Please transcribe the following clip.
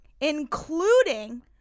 including